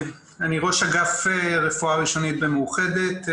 אני ראש אגף רפואה ראשונית במאוחדת.